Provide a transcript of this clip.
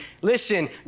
Listen